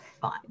fun